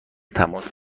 تماس